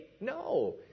No